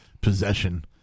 Possession